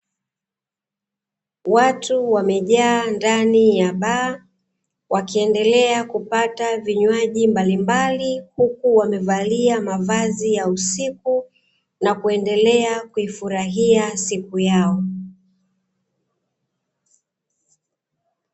Watu wamejaa ndani ya baa wakiendelea kupata vinywaji, mbalimbali huku wamevalia mavazi ya usiku na kuendelea kuifurahia siku yao.